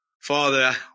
Father